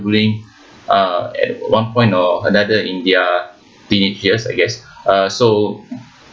bullying uh at one point or another in their teenage years I guess uh so